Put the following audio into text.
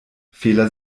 fehler